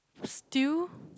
still